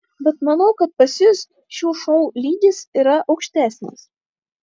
bet manau kad pas jus šių šou lygis yra aukštesnis